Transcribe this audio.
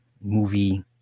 movie